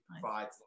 provides